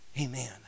Amen